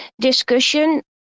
discussion